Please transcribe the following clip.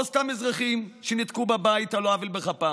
וסתם אזרחים שנתקעו בבית על לא עוול בכפם.